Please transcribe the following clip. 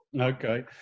Okay